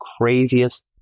craziest